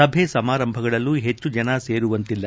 ಸಭೆ ಸಮಾರಂಭಗಳಲ್ಲೂ ಹೆಚ್ಚು ಜನ ಸೇರುವಂತಿಲ್ಲ